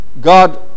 God